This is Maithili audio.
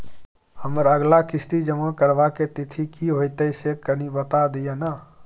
हमर अगला किस्ती जमा करबा के तिथि की होतै से कनी बता दिय न?